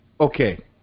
okay